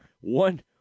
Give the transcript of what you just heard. one